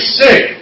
sick